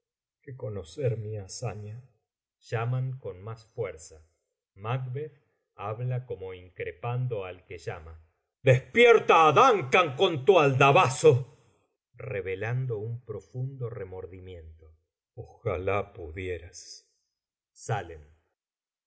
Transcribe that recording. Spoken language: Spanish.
que conocer mi hazaña llaman con más fuerza macbeth habla como increpando al que llama despierta á duncan con tu aldabazo revelando un profundo remordimiento ojala pudieras